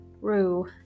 Rue